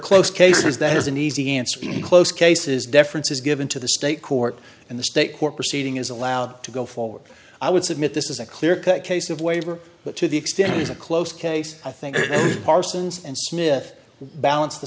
be close cases deference is given to the state court and the state court proceeding is allowed to go forward i would submit this is a clear cut case of waiver but to the extent it is a close case i think parsons and smith balance the